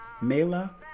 Mela